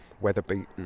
weather-beaten